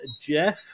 Jeff